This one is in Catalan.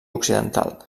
occidental